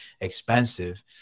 expensive